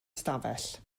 stafell